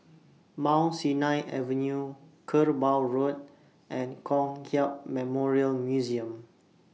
Mount Sinai Avenue Kerbau Road and Kong Hiap Memorial Museum